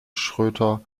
schröter